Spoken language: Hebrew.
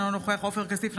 אינו נוכח עופר כסיף,